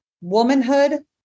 womanhood